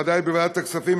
ודאי בוועדת הכספים,